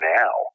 now